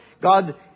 God